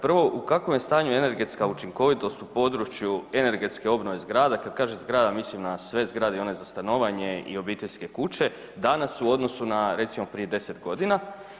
Prvo, u kakvom je stanju energetska učinkovitost u području energetske obnove zgrada, kada kažem zgrada mislim na sve zgrade i one za stanovanje i obiteljske kuće, danas u odnosu na recimo prije 10 godina?